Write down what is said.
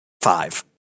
Five